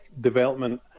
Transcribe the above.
development